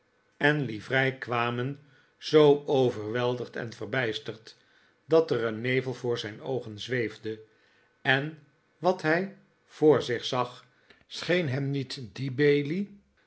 en livrei kwamen zoo overweldigd en verbijsterd dat er een nevel voor zijn oogen zweefde en wat hij voor zich zag scheen hem niet die bailey